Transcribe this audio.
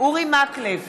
אורי מקלב,